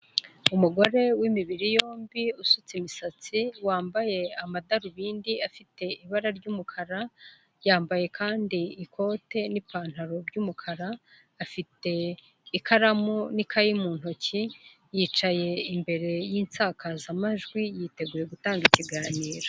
Umugore w'imibiri yombi, usutse imisatsi, wambaye amadarubindi afite ibara ry'umukara, yambaye kandi ikote n'ipantaro by'umukara, afite ikaramu n'ikayi mu ntoki yicaye imbere y'insakazamajwi, yiteguye gutanga ikiganiro.